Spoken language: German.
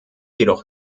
jedoch